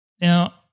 Now